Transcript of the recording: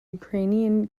ukrainian